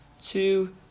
two